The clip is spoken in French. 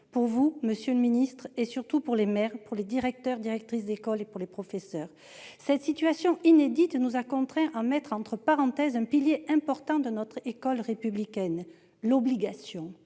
complexe, monsieur le ministre, pour vous et surtout pour les maires, pour les directeurs et directrices d'école et pour les professeurs. Cette situation inédite nous a contraints à mettre entre parenthèses le respect d'un principe important de notre école républicaine : l'obligation.